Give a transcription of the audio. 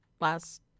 last